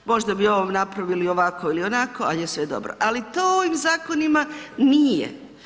Možda bi ovo napravili ovako ili onako, ali je sve dobro, ali to ovim zakonima nije.